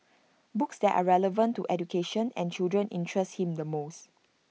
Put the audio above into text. books that are relevant to education and children interest him the most